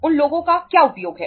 उन लोगों का क्या उपयोग है